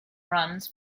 runs